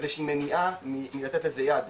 מניעה מלתת לזה יד,